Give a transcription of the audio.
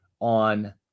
on